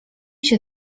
się